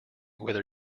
whether